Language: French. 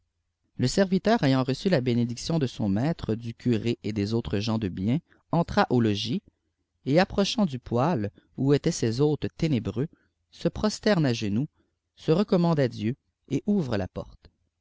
le serviteur ayant reçu la bénédiction de son maître du curé et des autres gens de bien entra au logis et appirochant du poêle oii étaient ces hôtes ténébreux se prosterne à genoux se recommande à dieu et ouvre la porte